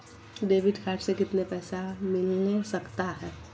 Debit card से कितने पैसे मिलना सकता हैं?